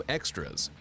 Extras